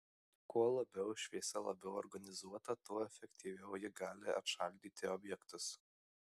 kuo labiau šviesa labiau organizuota tuo efektyviau ji gali atšaldyti objektus